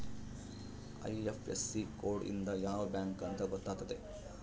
IFSC code ಇಂದ ಯಾವ bank ಅಂತ ಗೊತ್ತಾತತೆ